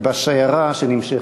בשיירה שנמשכת.